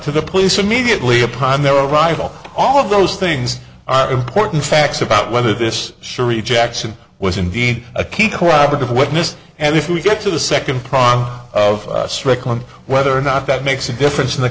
to the police immediately upon their arrival all of those things are important facts about whether this sheree jackson was indeed a key cooperative witness and if we get to the second prong of strickland whether or not that makes a difference in the